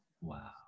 Wow